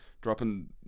dropping